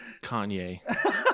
Kanye